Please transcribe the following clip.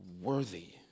worthy